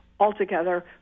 altogether